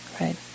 right